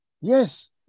Yes